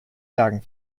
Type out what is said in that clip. bergen